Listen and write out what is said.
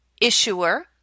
Issuer